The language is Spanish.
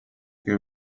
que